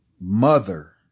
Mother